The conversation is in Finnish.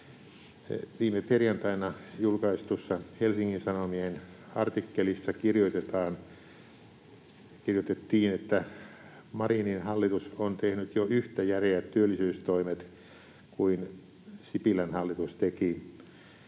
Viime perjantaina julkaistussa Helsingin Sanomien artikkelissa kirjoitettiin, että Marinin hallitus on tehnyt jo yhtä järeät työllisyystoimet kuin Sipilän hallitus teki.